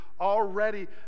already